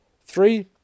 Three